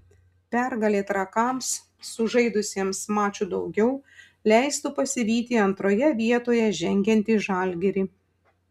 pergalė trakams sužaidusiems maču daugiau leistų pasivyti antroje vietoje žengiantį žalgirį